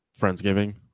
friendsgiving